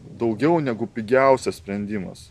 daugiau negu pigiausias sprendimas